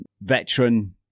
veteran